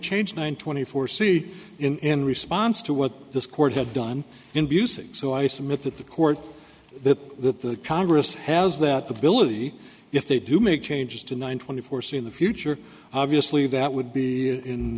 changed one twenty four c in response to what this court had done in music so i submit that the court that the congress has that ability if they do make changes to nine twenty four c in the future obviously that would be